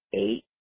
eight